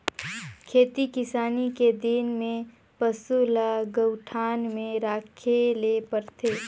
खेती किसानी के दिन में पसू ल गऊठान में राखे ले परथे